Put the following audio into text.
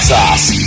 Sauce